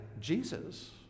Jesus